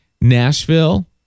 Nashville